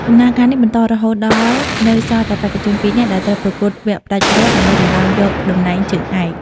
ដំណើរការនេះបន្តរហូតដល់នៅសល់តែបេក្ខជនពីរនាក់ដែលត្រូវប្រកួតវគ្គផ្ដាច់ព្រ័ត្រដើម្បីដណ្ដើមយកតំណែងជើងឯក។